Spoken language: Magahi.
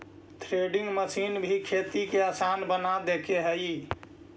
थ्रेसिंग मशीन भी खेती के आसान बना देके हइ